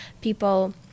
people